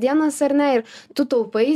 dienas ar ne ir tu taupai